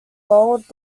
bold